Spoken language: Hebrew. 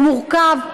הוא מורכב,